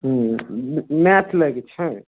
हूँ हूँ मैथ लै के छै